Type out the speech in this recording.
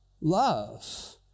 love